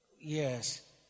yes